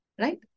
Right